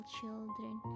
children